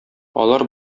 алар